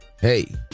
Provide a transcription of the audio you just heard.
Hey